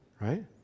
Right